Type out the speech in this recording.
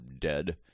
dead